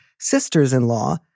sisters-in-law